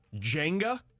jenga